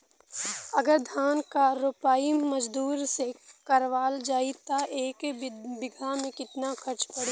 अगर धान क रोपाई मजदूर से करावल जाई त एक बिघा में कितना खर्च पड़ी?